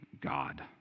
God